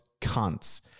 cunts